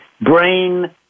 brain